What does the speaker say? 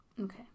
okay